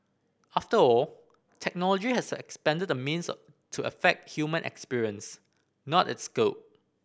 after all technology has expanded the means to affect human experience not its scope